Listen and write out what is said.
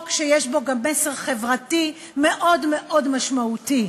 הוא חוק שיש בו גם מסר חברתי מאוד מאוד משמעותי: